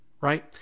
right